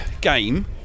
game